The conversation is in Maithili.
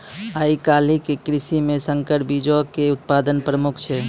आइ काल्हि के कृषि मे संकर बीजो के उत्पादन प्रमुख छै